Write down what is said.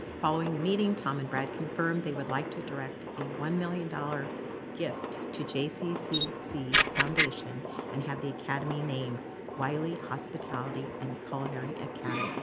following the meeting, tom and brad confirmed they would like to direct a one million dollars gift to jccc foundation and have the academy named wylie hospitality and culinary academy.